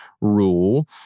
rule